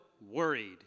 worried